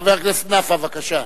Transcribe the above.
חבר הכנסת נפאע, בבקשה.